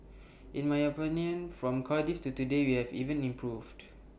in my opinion from Cardiff to today we have even improved